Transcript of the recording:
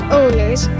owners